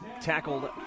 tackled